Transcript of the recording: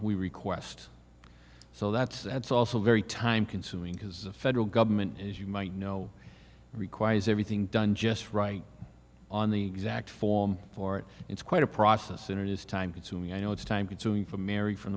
we request so that's that's also very time consuming because the federal government as you might know requires everything done just right on the exact form for it it's quite a process and it is time consuming i know it's time consuming for mary from